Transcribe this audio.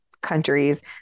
countries